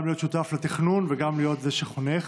גם להיות שותף לתכנון וגם להיות זה שחונך.